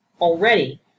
already